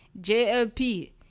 JLP